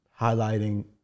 highlighting